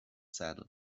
saddle